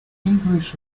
english